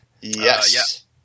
Yes